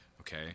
okay